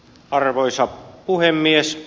arvoisa puhemies